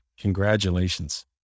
Congratulations